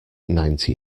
ninety